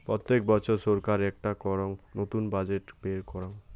প্রত্যেক বছর ছরকার একটো করাং নতুন বাজেট বের করাং